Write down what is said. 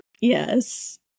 Yes